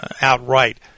outright